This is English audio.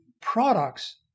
products